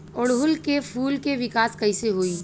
ओड़ुउल के फूल के विकास कैसे होई?